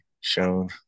shown